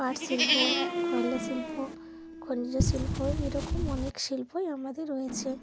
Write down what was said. আর শিল্প কয়লা শিল্প খনিজ শিল্প এরকম অনেক শিল্পই আমাদের রয়েছে